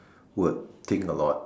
would think a lot